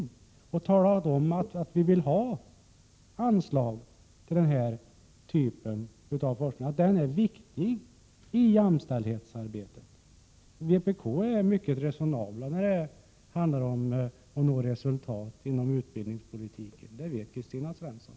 Vi kunde ha talat om, att vi vill ha anslag till den här typen av forskning, och vi kunde ha sagt ifrån att den är viktig i jämställdhetsarbetet. Vi inom vpk är mycket resonabla när det handlar om att nå resultat inom utbildningspolitiken; det vet Kristina Svensson.